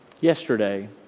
yesterday